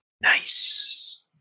nice